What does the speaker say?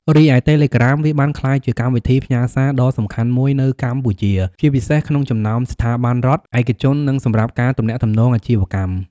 រីឯ តេឡេក្រាម វាបានក្លាយជាកម្មវិធីផ្ញើសារដ៏សំខាន់មួយនៅកម្ពុជា ជាពិសេសក្នុងចំណោមស្ថាប័នរដ្ឋ ឯកជន និងសម្រាប់ការទំនាក់ទំនងអាជីវកម្ម។